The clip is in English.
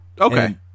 Okay